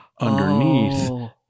underneath